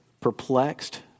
perplexed